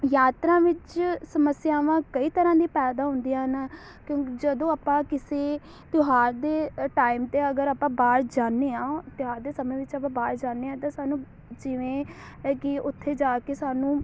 ਯਾਤਰਾ ਵਿੱਚ ਸਮੱਸਿਆਵਾਂ ਕਈ ਤਰ੍ਹਾਂ ਦੀ ਪੈਦਾ ਹੁੰਦੀਆਂ ਹਨ ਕਿਉਂ ਜਦੋਂ ਆਪਾਂ ਕਿਸੇ ਤਿਉਹਾਰ ਦੇ ਟਾਈਮ 'ਤੇ ਅਗਰ ਆਪਾਂ ਬਾਹਰ ਜਾਂਦੇ ਹਾਂ ਤਿਉਹਾਰ ਦੇ ਸਮੇਂ ਵਿੱਚ ਆਪਾਂ ਬਾਹਰ ਜਾਂਦੇ ਹਾਂ ਅਤੇ ਸਾਨੂੰ ਜਿਵੇਂ ਕਿ ਉੱਥੇ ਜਾ ਕੇ ਸਾਨੂੰ